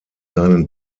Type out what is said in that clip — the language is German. seinen